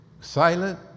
silent